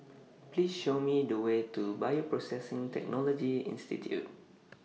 Please Show Me The Way to Bioprocessing Technology Institute